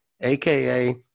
aka